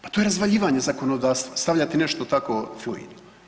Pa to je razvaljivanje zakonodavstva, stavljati nešto tako fluidno.